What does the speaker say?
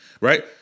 right